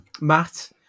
Matt